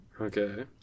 Okay